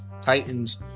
Titans